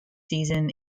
season